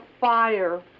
fire